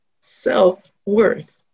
self-worth